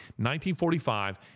1945